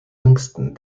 jüngsten